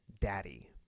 daddy